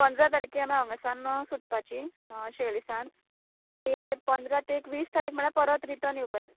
पंदरा तारखेर हांगसान सुटपाची शिवोले सान मागीर पंदरा ते एकवीस तारीख म्हळ्यार परत रिटर्न येवपाक